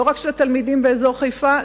לא רק של התלמידים באזור חיפה,